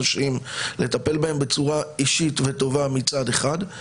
לטפל בהם בצורה אישית וטובה מצד אחד.